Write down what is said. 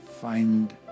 find